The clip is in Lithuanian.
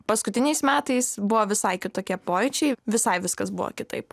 paskutiniais metais buvo visai kitokie pojūčiai visai viskas buvo kitaip